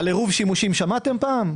על עירוב שימושים שמעתם פה?